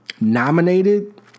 nominated